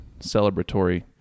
celebratory